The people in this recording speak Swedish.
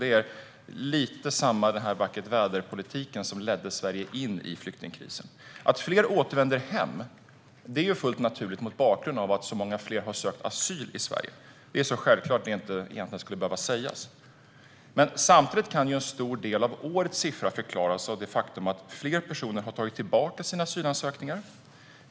Det är lite samma vackert-väder-politik som ledde Sverige in i flyktingkrisen. Att fler återvänder hem är fullt naturligt mot bakgrund av att många fler har sökt asyl i Sverige. Det är så självklart att det egentligen inte skulle behöva sägas. Samtidigt kan en stor del av årets siffra förklaras av det faktum att fler personer har dragit tillbaka sina asylansökningar.